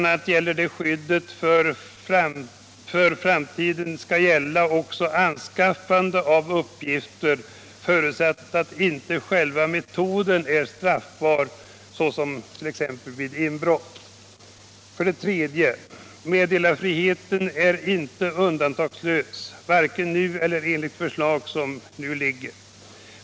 a. gäller att skyddet för framtiden skall avse också anskaffande av uppgifter, förutsatt att inte själva metoden är straffbar, såsom t.ex. vid inbrott. 3. Meddelarfriheten är inte undantagslös, varken nu eller enligt de förevarande förslagen.